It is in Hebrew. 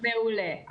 מעולה.